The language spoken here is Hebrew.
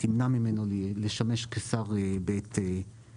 תמנע ממנו לשמש כשר ואת